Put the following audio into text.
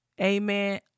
Amen